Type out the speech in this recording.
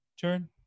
turn